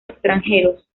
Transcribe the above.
extranjeros